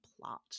plot